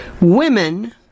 Women